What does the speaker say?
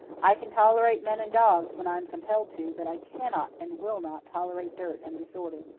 i can tolerate men and dogs when i am compelled to, but i cannot and will not tolerate dirt and disorder.